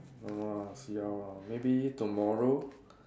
don't know ah see how lah maybe tomorrow